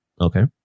Okay